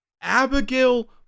Abigail